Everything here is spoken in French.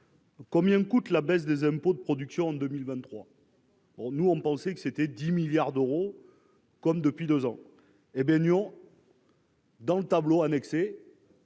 Combien coûte la baisse des impôts de production 2023. Bon, nous on pensait que c'était 10 milliards d'euros comme depuis 2 ans et baignant. Dans le tableau annexé.